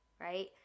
right